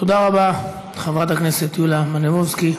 תודה רבה, חברת הכנסת יוליה מלינובסקי.